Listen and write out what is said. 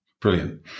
Brilliant